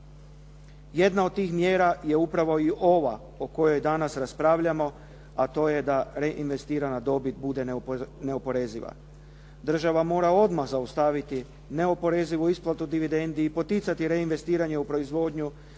Jedna od tih mjera je upravo i ova o kojoj danas raspravljamo, a to je da reinvestirana dobit bude neoporeziva. Država mora odmah zaustaviti neoporezivu isplatu dividendi i poticati reinvestiranje u proizvodnju,